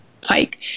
pike